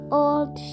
old